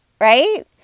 Right